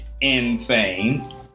insane